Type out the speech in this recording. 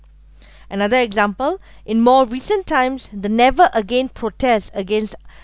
another example in more recent times the never again protest against